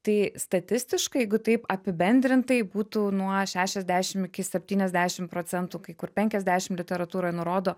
tai statistiškai jeigu taip apibendrintai būtų nuo šešiasdešim iki septyniasdešim procentų kai kur penkiasdešim literatūroj nurodo